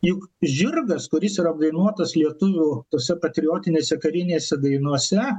juk žirgas kuris ir apdainuotas lietuvių tose patriotinėse karinėse dainose